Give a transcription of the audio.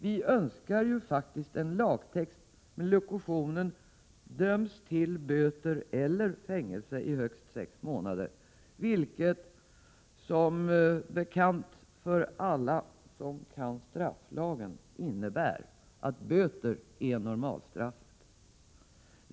Vi önskar ju faktiskt en lagtext med lokutionen ”döms till böter eller fängelse i högst sex månader”, vilket, som bekant för alla som kan strafflagen, innebär att böter är normalstraffet.